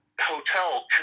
hotel